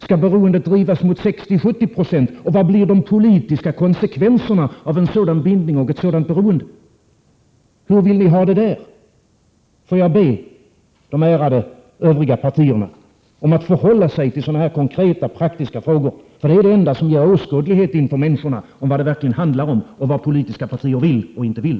Skall beroendet drivas mot 60-70 26? Och vilka blir de politiska konsekvenserna av en sådan bindning och ett sådant beroende? Hur vill ni ha det därvidlag? Får jag be de ärade övriga partierna att tala om hur de förhåller sig till sådana här konkreta praktiska frågor. Det är det enda som åskådliggör för människorna vad det verkligen handlar om och vad politiska partier vill och inte vill.